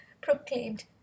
proclaimed